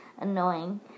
annoying